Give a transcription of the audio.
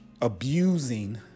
abusing